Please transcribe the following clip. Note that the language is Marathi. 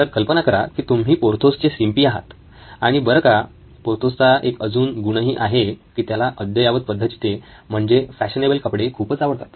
तर कल्पना करा की तुम्ही पोर्थोसचे शिंपी आहात आणि बरं का पोर्थोसचा एक अजून गुणही आहे की त्याला अद्ययावत पद्धतीचे म्हणजे फॅशनेबल कपडे खूपच आवडतात